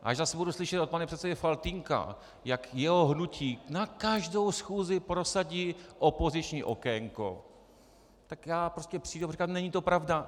Až zase budu slyšet od pana předsedy Faltýnka, jak jeho hnutí na každou schůzi prosadí opoziční okénko, tak já prostě přijdu a budu říkat: Není to pravda.